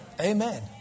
Amen